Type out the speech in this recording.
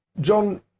John